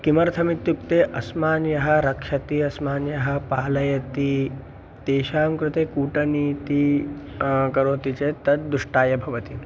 किमर्थमित्युक्ते अस्मान्यः रक्षति अस्मान्यः पालयति तेषां कृते कूटनीतिः करोति चेत् तद् दुष्टाय भवति